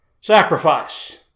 Sacrifice